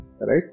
right